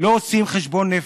לא עושים חשבון נפש.